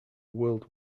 world